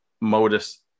modus